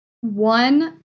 one